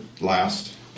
last